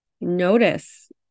notice